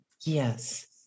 Yes